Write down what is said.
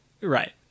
Right